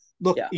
Look